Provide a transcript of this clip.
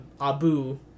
Abu